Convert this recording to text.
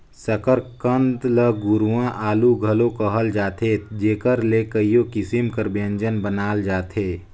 सकरकंद ल गुरूवां आलू घलो कहल जाथे जेकर ले कइयो किसिम कर ब्यंजन बनाल जाथे